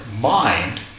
mind